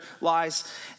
lies